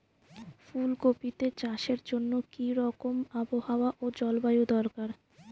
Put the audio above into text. ফুল কপিতে চাষের জন্য কি রকম আবহাওয়া ও জলবায়ু দরকার?